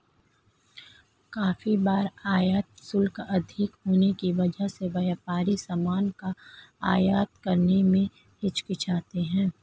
काफी बार आयात शुल्क अधिक होने की वजह से व्यापारी सामान का आयात करने में हिचकिचाते हैं